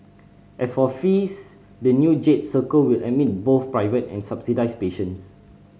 as for fees the new Jade Circle will admit both private and subsidised patients